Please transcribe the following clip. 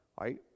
Right